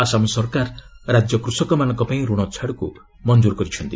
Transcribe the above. ଆସାମ ସରକାର ରାଜ୍ୟ କୃଷକମାନଙ୍କ ପାଇଁ ଋଣଛାଡକୁ ମଞ୍ଜୁର କରିଛନ୍ତି